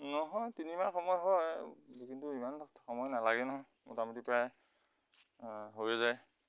নহয় তিনিমাহ সময় হয় কিন্তু ইমান সময় নালাগে নহয় মোটামুটি প্ৰায় আ হৈ যায়